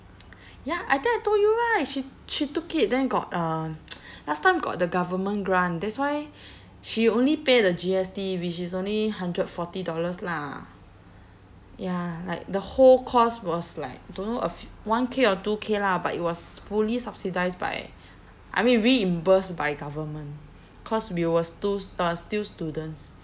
ya I think I told you right she she took it then got um last time got the government grant that's why she only pay the G_S_T which is only hundred forty dollars lah ya like the whole course was like don't know a few one K or two K lah but it was fully subsidised by I mean reimbursed by government cause we was two uh still students